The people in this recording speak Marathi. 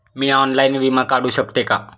मी ऑनलाइन विमा काढू शकते का?